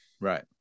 Right